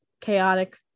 chaotic